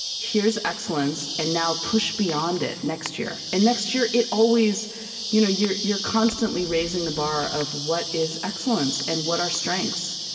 here's excellence, and now push beyond it next year. and next year it always you know you're you're constantly raising the bar of what is excellence and what are strengths.